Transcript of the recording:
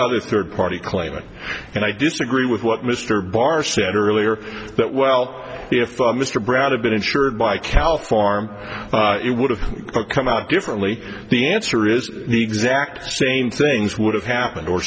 other third party claimant and i disagree with what mr barr said earlier that well if mr brad have been insured by cal farm it would have come out differently the answer is the exact same things would have happened or